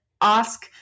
ask